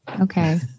Okay